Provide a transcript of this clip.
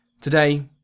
Today